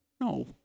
No